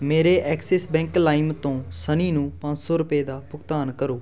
ਮੇਰੇ Axis bank ਲਾਇਮ ਤੋਂ ਸਨੀ ਨੂੰ ਪੰਜ ਸੌ ਰੁਪਏ ਦਾ ਭੁਗਤਾਨ ਕਰੋ